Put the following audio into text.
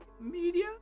media